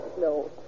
No